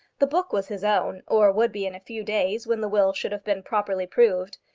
the book was his own, or would be in a few days, when the will should have been properly proved.